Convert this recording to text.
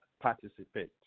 participate